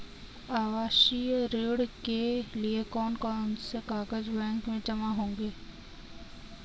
आवासीय ऋण के लिए कौन कौन से कागज बैंक में जमा होंगे?